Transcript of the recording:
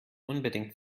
unbedingt